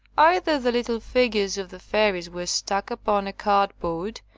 either the little figures of the fairies were stuck upon a cardboard,